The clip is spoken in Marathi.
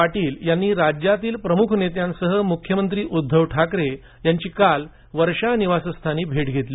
पाटील यांनी राज्यातील प्रमुख नेत्यांसह मुख्यमंत्री उद्धव ठाकरे यांची काल वर्षा निवासस्थानी भेट घेतली